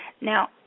Now